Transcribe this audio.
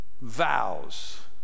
vows